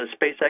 SpaceX